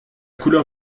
couleur